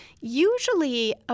usually